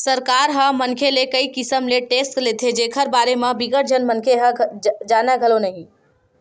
सरकार ह मनखे ले कई किसम ले टेक्स लेथे जेखर बारे म बिकट झन मनखे ह जानय घलो नइ